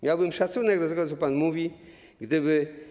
Miałbym szacunek dla tego, co pan mówi, gdyby.